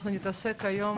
אנחנו נעסוק היום